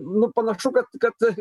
nu panašu kad kad